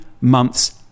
months